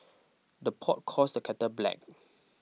the pot calls the kettle black